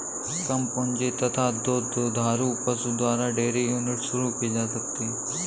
कम पूंजी तथा दो दुधारू पशु द्वारा डेयरी यूनिट शुरू की जा सकती है